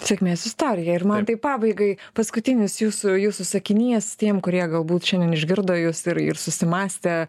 sėkmės istorija ir mantai pabaigai paskutinis jūsų jūsų sakinys tiem kurie galbūt šiandien išgirdo jus ir ir susimąstė